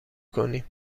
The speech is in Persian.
کنیم